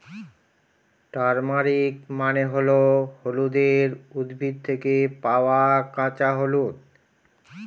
turmeric মানে হল হলুদের উদ্ভিদ থেকে পাওয়া কাঁচা হলুদ